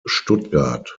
stuttgart